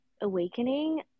awakening